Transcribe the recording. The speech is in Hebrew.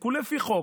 יפסקו לפי חוק,